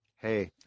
Hey